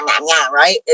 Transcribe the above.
right